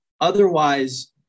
Otherwise